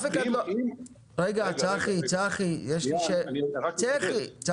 רגע צחי, יש לי שאלה,